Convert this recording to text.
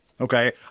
Okay